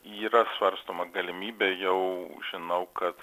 yra svarstoma galimybė jau žinau kad